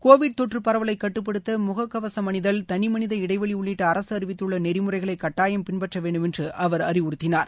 Covid தொற்று பரவலை கட்டுப்படுத்த முகக்கவசம் அனிதல் தனிமனித இடைவெளி உள்ளிட்ட அரசு அறிவித்துள்ள நெறிமுறைகளை கட்டாயம் பின்பற்ற வேண்டுமென்று அவர் அறிவுறுத்தினார்